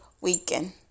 weekend